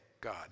God